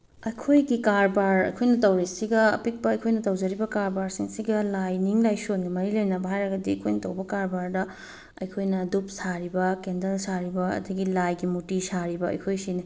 ꯑꯩꯈꯣꯏꯒꯤ ꯀꯔꯕꯥꯔ ꯑꯩꯈꯣꯏꯅ ꯇꯧꯔꯤꯁꯤꯒ ꯑꯄꯤꯛꯄ ꯑꯩꯈꯣꯏꯅ ꯇꯧꯖꯔꯤꯕ ꯀꯔꯕꯥꯔꯁꯤꯡꯁꯤꯒ ꯂꯥꯏꯅꯤꯡ ꯂꯥꯏꯁꯣꯟꯒ ꯃꯔꯤ ꯂꯩꯅꯕ ꯍꯥꯏꯔꯒꯗꯤ ꯑꯩꯈꯣꯏꯅ ꯇꯧꯕ ꯀꯔꯕꯥꯔꯗ ꯑꯩꯈꯣꯏꯅ ꯗꯨꯞ ꯁꯥꯔꯤꯕ ꯀꯦꯟꯗꯜ ꯁꯥꯔꯤꯕ ꯑꯗꯒꯤ ꯂꯥꯏꯒꯤ ꯃꯨꯔꯇꯤ ꯁꯥꯔꯤꯕ ꯑꯩꯈꯣꯏꯁꯤꯅꯤ